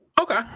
okay